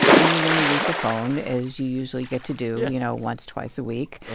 and you want to use the phone as you usually get to do, you know, once, twice a week.